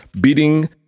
beating